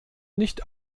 nicht